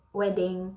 wedding